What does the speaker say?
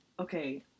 okay